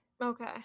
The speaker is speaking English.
Okay